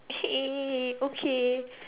!hey! okay